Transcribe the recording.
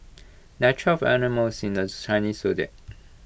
there are twelve animals in the Chinese Zodiac